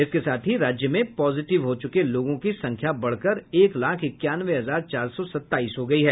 इसके साथ ही राज्य में अबतक पॉजिटिव हो चुके लोगों की संख्या बढ़कर एक लाख इक्यानवें हजार चार सौ सताइस हो गई है